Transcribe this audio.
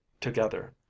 together